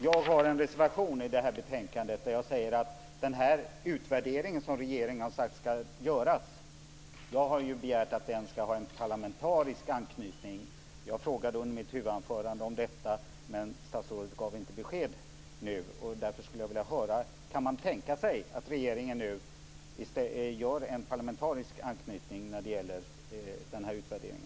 Jag har i en reservation i detta betänkande sagt att den utvärdering som regeringen har sagt ska göras ska ha en parlamentarisk anknytning. Jag frågade i mitt huvudanförande om detta, men statsrådet gav inte något besked. Jag skulle därför vilja höra om regeringen tänker se till att det blir en parlamentarisk anknytning när det gäller denna utvärdering.